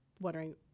Wondering